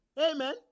amen